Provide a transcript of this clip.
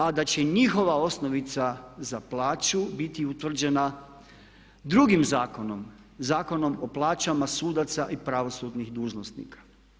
A da će njihova osnovica za plaću biti utvrđena drugim zakonom, Zakonom o plaćama sudaca i pravosudnih dužnosnika.